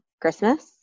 Christmas